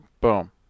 Boom